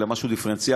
אלא משהו דיפרנציאלי.